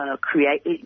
create